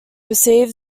receive